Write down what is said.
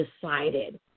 decided